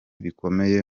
bikomeye